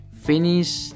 finish